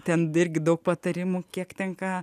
ten dirbi daug patarimų kiek tenka